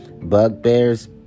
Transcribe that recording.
bugbears